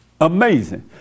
Amazing